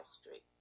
street